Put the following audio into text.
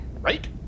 Right